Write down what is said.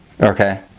okay